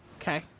Okay